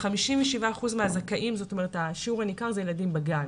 57% מהזכאים, כלומר, השיעור הניכר, זה ילדים בגן